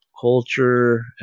Culture